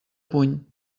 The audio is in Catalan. puny